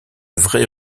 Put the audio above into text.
vrais